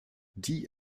die